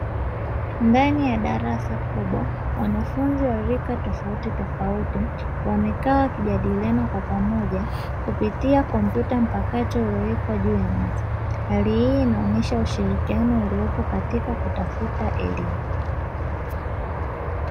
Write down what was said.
Ndani ya darasa kubwa, wanafunzi wa rika tofauti tofauti. Wamekaa wakijadiliana kwa pamoja, kupitia kompyuta mpakato, iliyowekwa juu ya meza. Hali hii, inaonesha ushirikiano uliopo, katika kutafuta elimu.